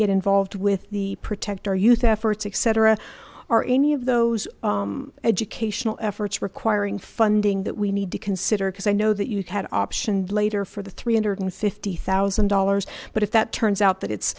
get involved with the protect our youth efforts etc are any of those educational efforts requiring funding that we need to consider because i know that you've had optioned later for the three hundred and fifty thousand dollars but if that turns out that it's